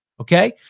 Okay